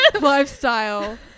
lifestyle